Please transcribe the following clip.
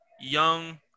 young